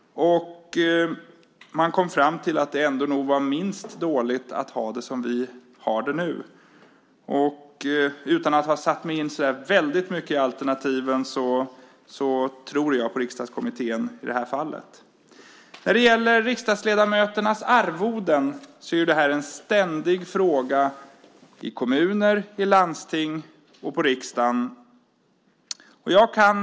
Den kom fram till att det nog ändå är minst dåligt att ha det som det är nu. Utan att ha satt mig in i alternativen så väldigt noggrant tror jag i det här fallet på Riksdagskommittén. Arvodesfrågan är ständigt återkommande i kommuner, landsting och riksdag.